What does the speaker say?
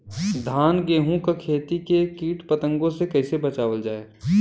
धान गेहूँक खेती के कीट पतंगों से कइसे बचावल जाए?